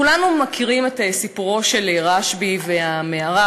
כולנו מכירים את הסיפור של רשב"י והמערה,